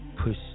Push